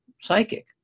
psychic